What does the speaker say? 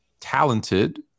talented